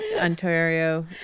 Ontario